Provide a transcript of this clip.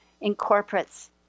incorporates